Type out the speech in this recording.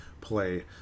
play